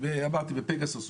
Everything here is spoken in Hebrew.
אולי דרך פגסוס,